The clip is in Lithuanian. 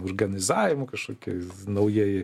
organizavimu kažkokiais naujai